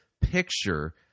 picture